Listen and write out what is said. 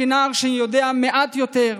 כנער שיודע מעט יותר,